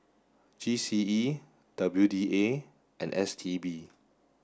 G C E W D A and S T B